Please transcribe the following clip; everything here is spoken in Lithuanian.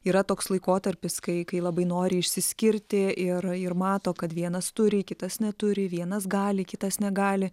yra toks laikotarpis kai kai labai nori išsiskirti ir ir mato kad vienas turi kitas neturi vienas gali kitas negali